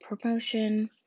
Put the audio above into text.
promotion